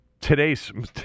today's